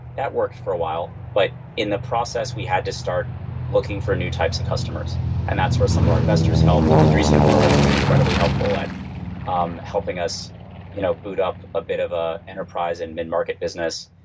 that worked for a while, but in the process we had to start looking for new types of customers and that's where some of our investors helped. andreessen horowitz was incredibly helpful at um helping us you know boot up a bit of an ah enterprise and midmarket business.